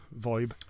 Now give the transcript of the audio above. vibe